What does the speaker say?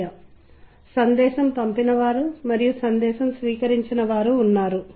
కాబట్టి ఇవి సంగీత అవగాహన సందర్భంలో సంబంధితంగా ఉంటాయి